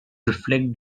reflect